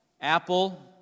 apple